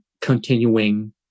continuing